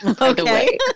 Okay